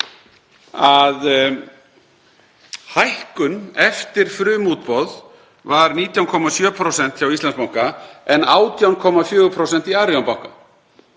að hækkun eftir frumútboð hafi verið 19,7% hjá Íslandsbanka en 18,4% í Arion banka.